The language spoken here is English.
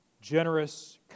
generous